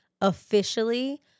officially